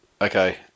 Okay